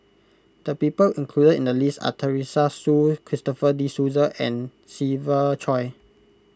the people included in the list are Teresa Hsu Christopher De Souza and Siva Choy